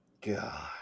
God